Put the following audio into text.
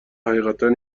حقیقتا